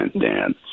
Dan